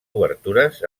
obertures